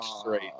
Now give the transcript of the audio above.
straight